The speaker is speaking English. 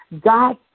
God